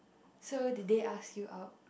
so did they ask you out